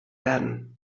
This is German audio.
werden